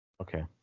Okay